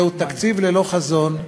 זהו תקציב ללא חזון,